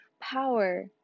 power